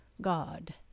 God